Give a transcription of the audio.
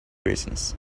business